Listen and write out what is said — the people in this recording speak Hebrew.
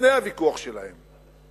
לפני הוויכוח שלהם.